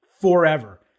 forever